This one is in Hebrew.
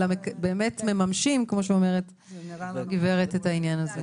אלא ממשים את העניין הזה.